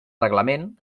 reglament